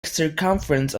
circumference